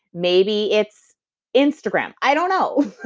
maybe it's instagram. i don't know.